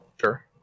Sure